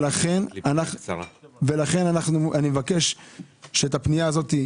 לכן אני מבקש שהפנייה הזאת,